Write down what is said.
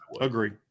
Agree